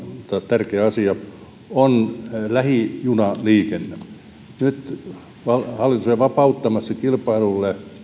tärkeä asia lähijunaliikenne nyt hallitus on vapauttamassa kilpailulle